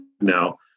now